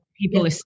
people